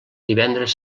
divendres